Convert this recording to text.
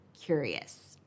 curious